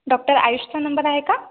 doctor आयुषचा नंबर आहे का